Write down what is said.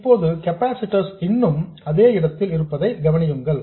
இப்போது கெபாசிட்டர்ஸ் இன்னும் அதே இடத்தில் இருப்பதை கவனியுங்கள்